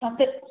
ତୋତେ